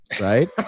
Right